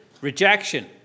rejection